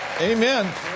amen